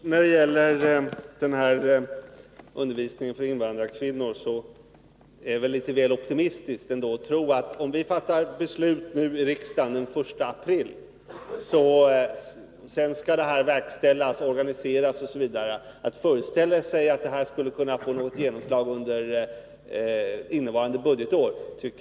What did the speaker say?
Herr talman! När det först gäller frågan om undervisningen för invandrarkvinnor är det väl ändå litet väl optimistiskt att föreställa sig, att om vi fattar ett beslut i riksdagen nu, den 1 april, och det sedan skall organiseras, verkställas osv., det skulle hinna få något genomslag under innevarande budgetår.